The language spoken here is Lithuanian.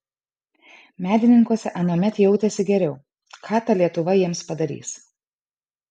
medininkuose anuomet jautėsi geriau ką ta lietuva jiems padarys